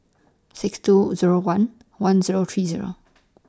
six two Zero one one Zero three Zero